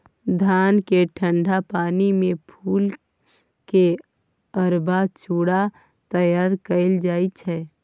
धान केँ ठंढा पानि मे फुला केँ अरबा चुड़ा तैयार कएल जाइ छै